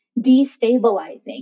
destabilizing